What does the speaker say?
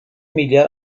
milyar